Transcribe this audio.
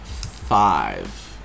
five